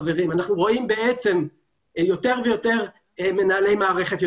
רואים יותר ויותר מנהלי מערכת,